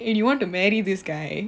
and you want to marry this guy